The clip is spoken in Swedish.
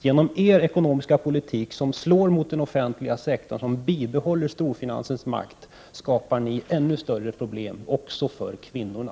Genom socialdemokraternas ekonomiska politik, som slår mot den offentliga sektorn och bibehåller storfinansens makt, skapar ni ännu större problem, också för kvinnorna.